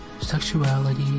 Sexuality